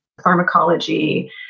pharmacology